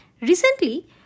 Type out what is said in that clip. Recently